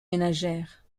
ménagères